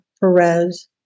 Perez